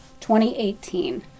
2018